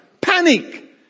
Panic